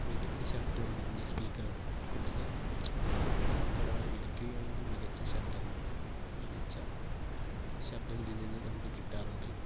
മികച്ച ശബ്ദമാണ് ഇതിൻ്റെ സ്പീക്കറുകൾക്കുള്ളത് ഇപ്പോൾ നമ്മൾക്കൊരാളെ വിളിക്കുകയാണെങ്കില് മികച്ച ശബ്ദം മികച്ച ശബ്ദം ഇതിൽ നിന്ന് നമുക്ക് കിട്ടാറുണ്ട്